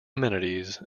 amenities